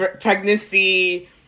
pregnancy